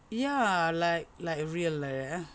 ya like like real like that ah